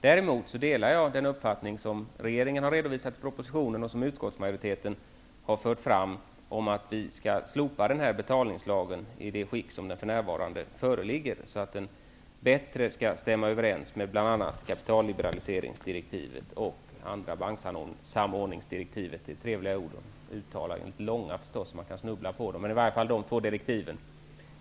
Däremot delar jag den uppfattning som regeringen har redovisat i propositionen, och som utskottsmajoriteten har fört fram, om att den här betalningslagen skall slopas, i det skick som den för närvarande föreligger, och att nya kontrollbestämmelser skall införas som bättre stämmer överens med bl.a. kapitalliberaliseringsdirektivet och andra banksamordningsdirektiv. Det är trevliga ord att uttala. De är så långa att man kan snubbla på dem.